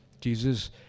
Jesus